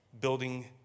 building